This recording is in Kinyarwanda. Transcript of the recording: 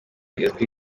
izwi